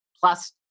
Plus